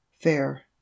Fair